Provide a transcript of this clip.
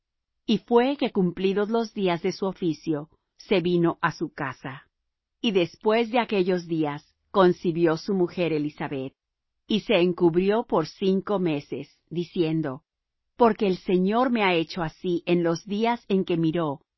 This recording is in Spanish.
y fué que cumplidos los días de su oficio se vino á su casa y después de aquellos días concibió su mujer elisabet y se encubrió por cinco meses diciendo porque el señor me ha hecho así en los días en que miró